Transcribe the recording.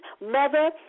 mother